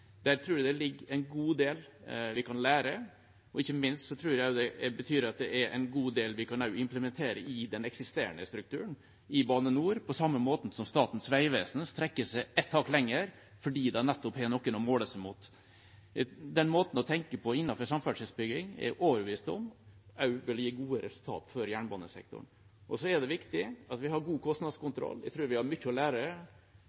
Der tror jeg det ligger en god del vi kan lære, og ikke minst tror jeg det betyr at det er en god del vi kan implementere i den eksisterende strukturen i Bane NOR, på samme måte som Statens vegvesen strekker seg ett hakk lenger fordi de har noen å måle seg mot. Den måten å tenke på innenfor samferdselsbygging er jeg overbevist om at også vil gi gode resultat for jernbanesektoren. Så er det viktig at vi har god